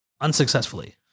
unsuccessfully